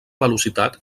velocitat